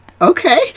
okay